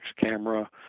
camera